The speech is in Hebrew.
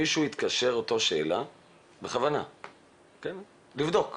מישהו בכוונה התקשר עם אותה שאלה כדי לבדוק